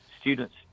students